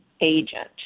agent